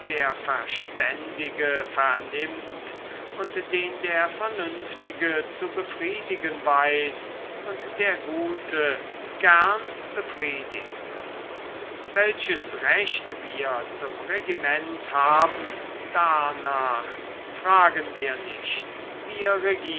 der verständige vernimmt und den der vernünftige zu befriedigen weiß und der gute gern befriedigt welches recht wir zum regiment haben darnach fragen wir nicht wir